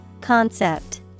Concept